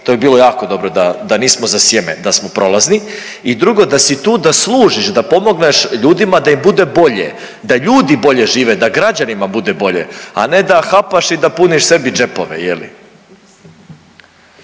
to bi bilo jako dobro da, da nismo za sjeme, da smo prolazni i drugo da si tu da služiš, da pomogneš ljudima da im bude bolje, da ljudi bolje žive, da građanima bude bolje, a ne da hapaš i da puniš sebi džepove je